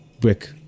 Brick